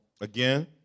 again